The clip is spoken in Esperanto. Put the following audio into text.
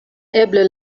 eble